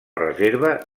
reserva